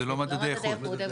זה לא מדדי איכות.